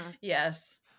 Yes